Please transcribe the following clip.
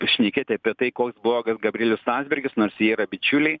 šnekėti apie tai koks blogas gabrielius landsbergis nors jie yra bičiuliai